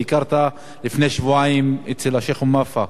שביקרת לפני שבועיים אצל השיח' מואפק,